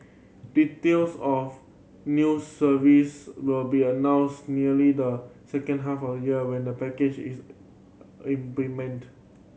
details of new service will be announced nearly the second half of year when the package is implemented